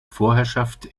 vorherrschaft